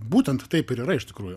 būtent taip ir yra iš tikrųjų